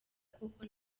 koko